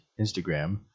Instagram